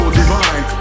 divine